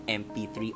mp3